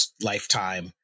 lifetime